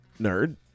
nerd